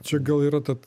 čia gal yra ta